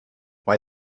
why